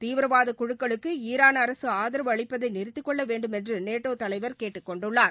தீவிரவாத குழுக்களுக்கு ஈரான் அரசு ஆதரவு அளிப்பதை நிறுத்திக் கொள்ள வேண்டுமென்று நேட்டோ தலைவர் கேட்டுக் கொண்டுள்ளார்